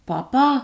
Papa